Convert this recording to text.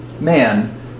man